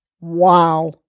wow